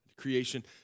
creation